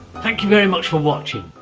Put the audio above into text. thank you very much for watching.